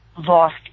lost